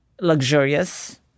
luxurious